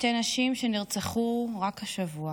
שתי נשים שנרצחו רק השבוע: